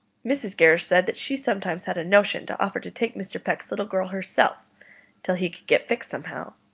mrs. gerrish said that she sometimes had a notion to offer to take mr. peck's little girl herself till he could get fixed somehow,